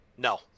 No